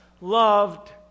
loved